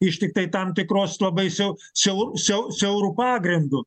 iš tiktai tam tikros labai siau siau sau siauru pagrindu